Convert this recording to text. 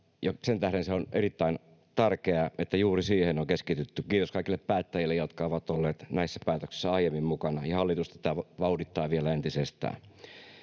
sen tähden on erittäin tärkeää, että juuri siihen on keskitytty — kiitos kaikille päättäjille, jotka ovat olleet näissä päätöksissä aiemmin mukana, ja hallitus tätä vauhdittaa vielä entisestään.